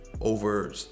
Over